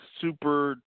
super